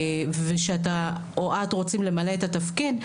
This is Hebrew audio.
ושאת רוצה למלא את התפקיד,